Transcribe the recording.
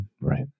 Right